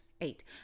Eight